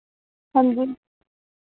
हांजी